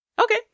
Okay